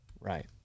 right